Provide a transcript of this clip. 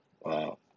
Wow